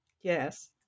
yes